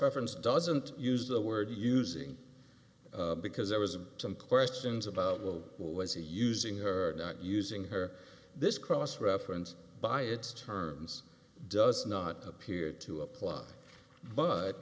reference doesn't use the word using because there was some questions about will what was he using her not using her this cross reference by its terms does not appear to apply but